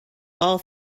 all